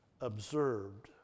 observed